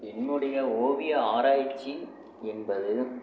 என்னுடைய ஓவிய ஆராய்ச்சி என்பது